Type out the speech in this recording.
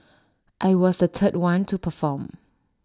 I was the third one to perform